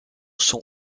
sont